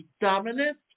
dominant